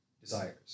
desires